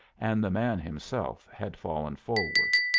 and the man himself had fallen forward.